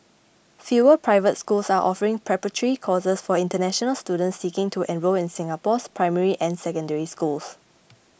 fewer private schools are offering preparatory courses for international students seeking to enrol in Singapore's primary and Secondary Schools